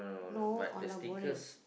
no !alah! boring